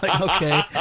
okay